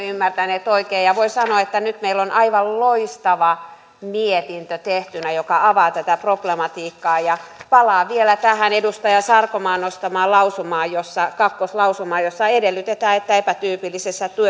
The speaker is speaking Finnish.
ymmärtäneet oikein ja voi sanoa että nyt meillä on tehtynä aivan loistava mietintö joka avaa tätä problematiikkaa palaan vielä tähän edustaja sarkomaan nostamaan lausumaan lausumaan kaksi jossa edellytetään että epätyypillisessä